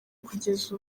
kugeza